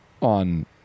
on